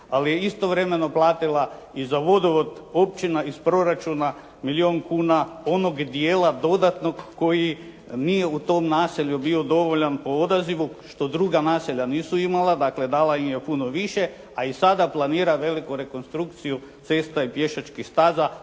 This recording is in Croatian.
ali je istovremeno platila i za vodovod općina iz proračuna milijun kuna, onog dijela dodatnog koji nije u tom naselju bio dovoljan po odazivu, što druga naselja nisu imala. Dakle, dala im je puno više, a i sada planira veliku rekonstrukciju cesta i pješačkih staza